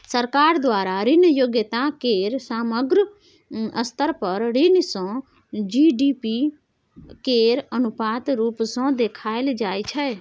सरकार द्वारा ऋण योग्यता केर समग्र स्तर पर ऋण सँ जी.डी.पी केर अनुपात रुप सँ देखाएल जाइ छै